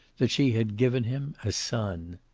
that she had given him a son.